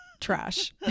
Trash